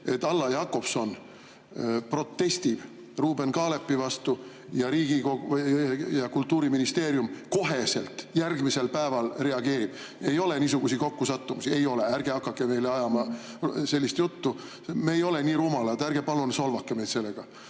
et Alla Jakobson protestib Ruuben Kaalepi vastu ja Kultuuriministeerium kohe järgmisel päeval reageerib. Ei ole niisuguseid kokkusattumusi, ei ole! Ärge hakake meile ajama sellist juttu! Me ei ole nii rumalad. Ärge palun solvake meid sellega!